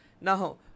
Now